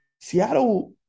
Seattle